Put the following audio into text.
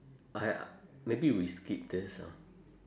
!aiya! maybe we skip this ah